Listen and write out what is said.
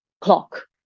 clock